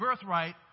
birthright